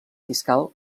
fiscal